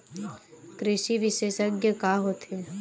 कृषि विशेषज्ञ का होथे?